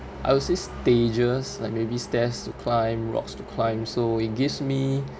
I will say stages like maybe stairs to climb rocks to climb so it gives me